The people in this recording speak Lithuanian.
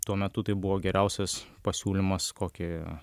tuo metu tai buvo geriausias pasiūlymas kokį